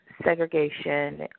segregation